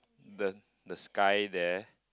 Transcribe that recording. the the sky there